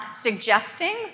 suggesting